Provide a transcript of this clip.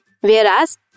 whereas